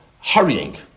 hurrying